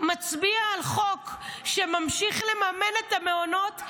מצביע על חוק שממשיך לממן את המעונות,